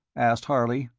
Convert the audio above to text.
asked harley.